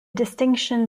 distinction